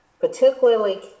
particularly